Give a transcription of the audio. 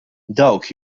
dawk